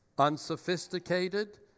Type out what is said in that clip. Unsophisticated